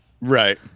right